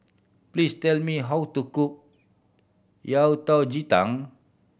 please tell me how to cook yao ji tang